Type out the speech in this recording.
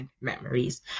memories